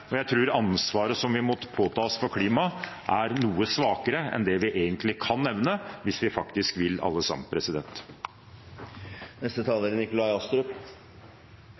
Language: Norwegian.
og jeg tror ansvaret som vi må påta oss for klimaet, er noe svakere enn det vi egentlig kan evne hvis vi faktisk vil alle sammen.